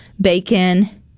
bacon